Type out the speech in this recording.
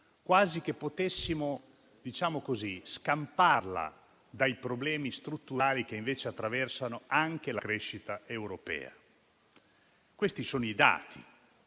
quasi che potessimo scamparla dai problemi strutturali che invece attraversano anche la crescita europea. Questi sono i dati.